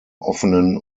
offenen